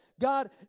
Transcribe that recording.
God